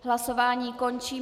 Hlasování končím.